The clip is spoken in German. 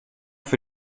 für